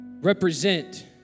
represent